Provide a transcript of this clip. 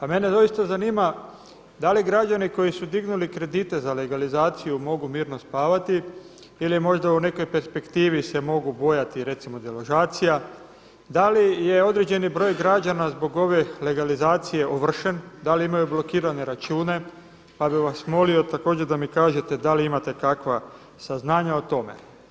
A mene doista zanima da li građani koji su dignuli kredite za legalizaciju mogu mirno spavati ili možda u nekoj perspektivi se mogu bojati recimo deložacija, da li je određeni broj građana zbog ove legalizacije ovršen, da li imaju blokirane račune pa bih vas molio također da mi kažete da li imate kakva saznanja o tome.